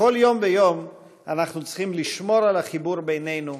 בכל יום ויום אנחנו צריכים לשמור על החיבור בינינו,